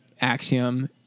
axiom